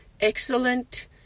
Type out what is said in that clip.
excellent